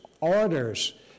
orders